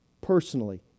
personally